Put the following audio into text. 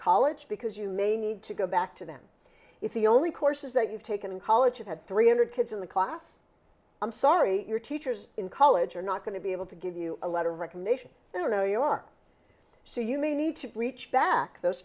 college because you may need to go back to them if the only courses that you've taken in college have had three hundred kids in the class i'm sorry your teachers in college are not going to be able to give you a letter of recommendation they don't know you are so you may need to reach back those